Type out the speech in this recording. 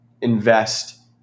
invest